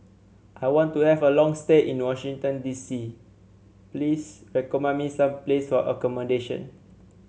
I want to have a long stay in Washington D C please recommend me some place for accommodation